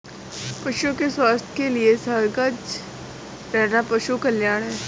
पशुओं के स्वास्थ्य के लिए सजग रहना पशु कल्याण है